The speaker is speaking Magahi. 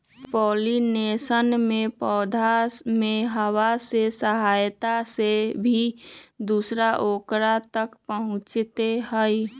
पॉलिनेशन में पौधवन में हवा के सहायता से भी दूसरा औकरा तक पहुंचते हई